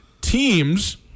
teams